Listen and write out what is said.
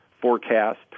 forecast